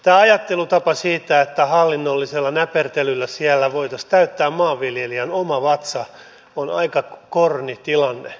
tämä ajattelutapa että hallinnollisella näpertelyllä siellä voitaisiin täyttää maanviljelijän oma vatsa on aika korni tilanne